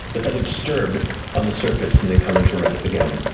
the feather disturbed on the surface and then coming to rest again.